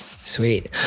Sweet